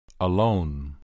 Alone